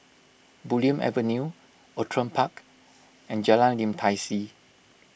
Bulim Avenue Outram Park and Jalan Lim Tai See